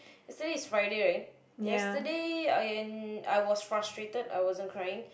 yesterday is Friday right yesterday I'm I was frustrated I wasn't crying